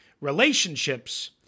Relationships